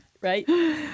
Right